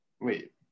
Wait